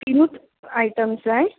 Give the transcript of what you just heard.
तीनूच items जाय